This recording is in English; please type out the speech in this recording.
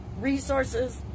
resources